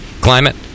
climate